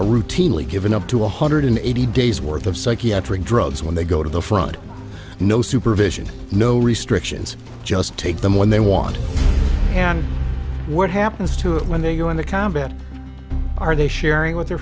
are routinely given up to one hundred eighty days worth of psychiatric drugs when they go to the front no supervision no restrictions just take them when they want to and what happens to it when they go into combat are they sharing with their